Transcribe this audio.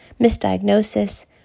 misdiagnosis